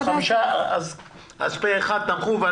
אם כן, פה אחד אישרו את סעיף קטן (ב).